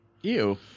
Ew